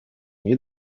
nie